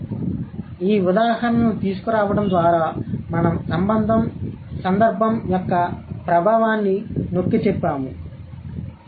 కాబట్టి ఈ ఉదాహరణలను తీసుకురావడం ద్వారా మనం సందర్భం యొక్క ప్రభావాన్ని నొక్కి చెప్పాము సరే